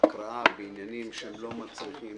הקראה שהם לא מצריכים